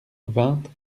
vingt